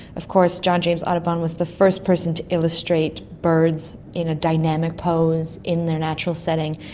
of course john james audubon was the first person to illustrate birds in a dynamic pose in their natural setting,